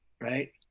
right